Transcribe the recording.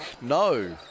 No